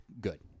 good